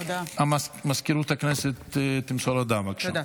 אני קובע כי הצעת חוק שירותי רווחה (זכויות